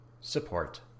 support